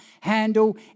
handle